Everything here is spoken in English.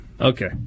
Okay